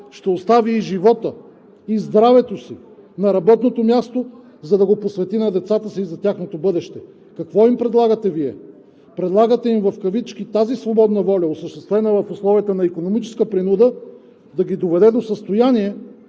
ще остави и живота, и здравето си на работното място, за да го посвети на децата си – за тяхното бъдеще! Какво им предлагате Вие? Предлагате им „тази свободна воля“, осъществена в условията на икономическа принуда, да ги доведе до състояние,